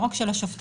לא רק של השופטים.